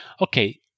okay